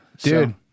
Dude